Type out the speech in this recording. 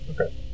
Okay